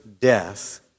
death